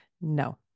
No